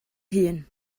hun